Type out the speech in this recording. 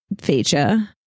feature